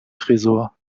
tresor